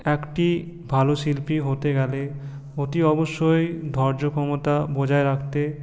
একটি ভালো শিল্পী হতে গেলে অতি অবশ্যই ধৈর্য ক্ষমতা বজায় রাখতে